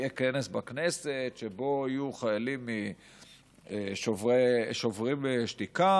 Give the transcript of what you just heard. יהיה כנס בכנסת שבו יהיו חיילים משוברים שתיקה,